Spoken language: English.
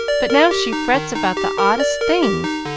but now she frets about the oddest things,